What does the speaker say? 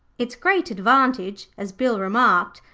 its great advantage, as bill remarked,